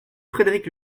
frédéric